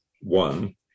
one